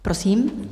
Prosím.